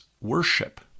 worship